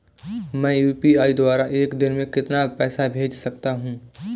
मैं यू.पी.आई द्वारा एक दिन में कितना पैसा भेज सकता हूँ?